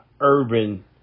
urban